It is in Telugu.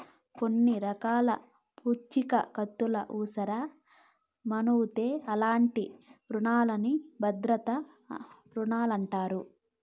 కొన్ని రకాల పూఛీకత్తులవుసరమవుతే అలాంటి రునాల్ని భద్రతా రుణాలంటారు